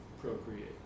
procreate